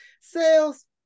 sales